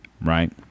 Right